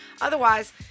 otherwise